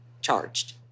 charged